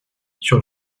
sur